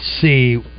see